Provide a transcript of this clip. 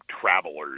travelers